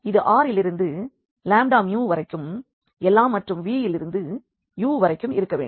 இது R இலிருந்து lambda mu வரைக்கும் எல்லாம் மற்றும் V இலிருந்து u வரைக்கும் இருக்க வேண்டும்